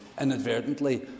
inadvertently